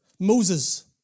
Moses